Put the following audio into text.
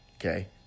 okay